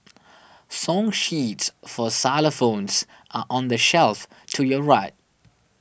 song sheets for xylophones are on the shelf to your right